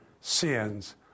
sins